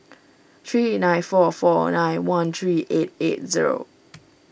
three nine four four nine one three eight eight zero